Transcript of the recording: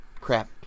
Crap